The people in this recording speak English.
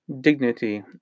dignity